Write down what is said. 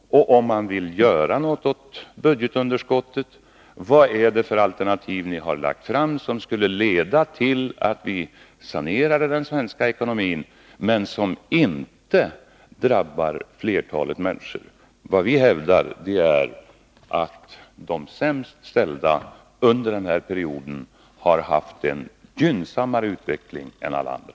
Och om ni vill göra någonting åt budgetunderskottet, vad är det för alternativ ni har lagt fram som skulle leda till att vi sanerar den svenska ekonomin men som inte drabbar flertalet människor? Vad vi hävdar är att de sämst ställda under den här perioden har haft en gynnsammare utveckling än alla andra.